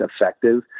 effective